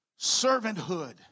servanthood